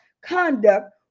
conduct